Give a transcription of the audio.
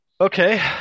Okay